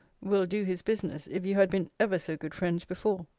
will do his business, if you had been ever so good friends before.